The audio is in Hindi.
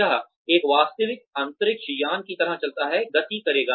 यह एक वास्तविक अंतरिक्ष यान की तरह चलता है गति करेगा